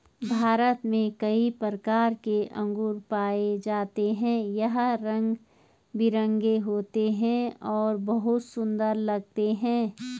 भारत में कई प्रकार के अंगूर पाए जाते हैं यह रंग बिरंगे होते हैं और बहुत सुंदर लगते हैं